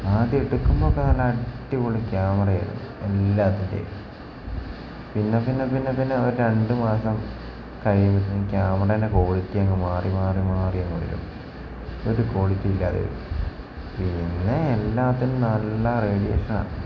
ആദ്യം എടുക്കുമ്പോഴൊക്കെ നല്ല അടിപൊളി ക്യാമറ ആയിരുന്നു എല്ലാത്തിൻ്റേയും പിന്നെ പിന്നെ പിന്നെ പിന്നെ ഒരു രണ്ട് മാസം കഴിയുമ്പോഴത്തേക്ക് ക്യാമറയുടെ ക്വാളിറ്റി അങ്ങ് മാറി മാറി മാറി അങ്ങ് വരും ഒരു ക്വാളിറ്റി ഇല്ലാതെ ആവും പിന്നെ എല്ലാത്തിനും നല്ല റേഡിയേഷൻ ആണ്